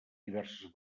diverses